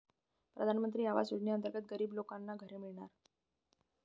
प्रधानमंत्री आवास योजनेअंतर्गत गरीब लोकांना घरे मिळणार